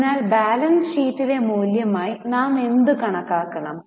അതിനാൽ ബാലൻസ് ഷീറ്റിലെ മൂല്യമായി നാം എന്ത് കണക്കാക്കണം